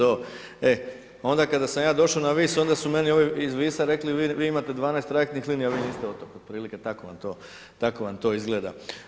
Onda kada sam ja došao na Vis onda su meni ovi iz Visa rekli: vi imate 12 trajektnih linija, vi niste otok, otprilike tako vam to izgleda.